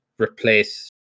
replace